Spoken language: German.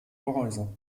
gehäuse